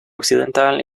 occidental